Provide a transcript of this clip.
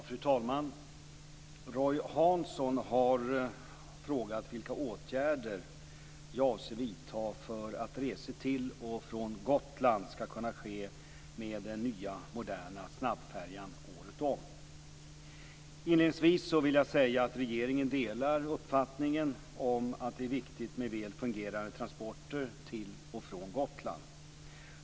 Fru talman! Roy Hansson har frågat vilka åtgärder jag avser vidta för att resor till och från Gotland skall kunna ske med den nya, moderna snabbfärjan året om. Inledningsvis vill jag säga att regeringen delar uppfattningen att det är viktigt med väl fungerande transporter till och från Gotland.